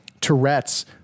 Tourette's